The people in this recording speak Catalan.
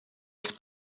els